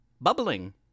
bubbling